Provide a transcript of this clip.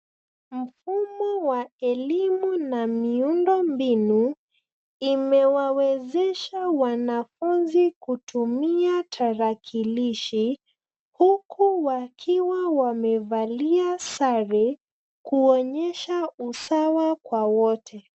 Mfumo wa elimu na miundo mbinu imewawezesha wanafunzi kutumia tarakilishi huku wakiwa wamevalia sare kuonyesha usawa kwa wote.